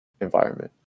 environment